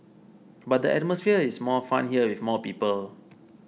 but the atmosphere is more fun here with more people